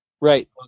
Right